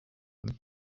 them